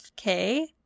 okay